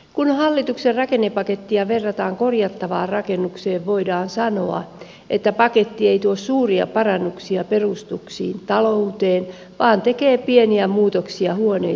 kun hallituksen rakennepakettia verrataan korjattavaan rakennukseen voidaan sanoa että paketti ei tuo suuria parannuksia perustuksiin ta louteen vaan tekee pieniä muutoksia huoneisiin ja seiniin